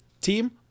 team